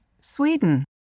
Sweden